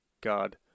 God